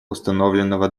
установленного